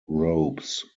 robes